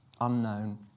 unknown